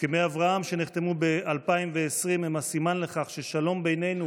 הסכמי אברהם שנחתמו ב-2020 הם הסימן לכך ששלום בינינו